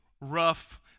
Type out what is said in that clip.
rough